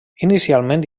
inicialment